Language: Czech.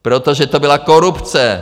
Protože to byla korupce!